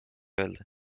öelda